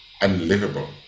unlivable